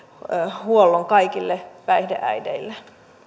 huollon kaikille päihdeäideille